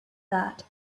that